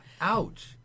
Ouch